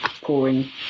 pouring